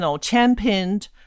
championed